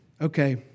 Okay